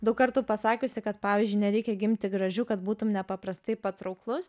daug kartų pasakiusi kad pavyzdžiui nereikia gimti gražių kad būtum nepaprastai patrauklus